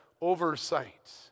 Oversight